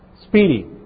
Speedy